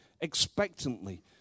expectantly